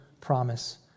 promise